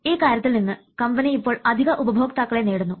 ഈ കാര്യത്തിൽ നിന്ന് കമ്പനി ഇപ്പോൾ അധിക ഉപഭോക്താക്കളെ നേടുന്നു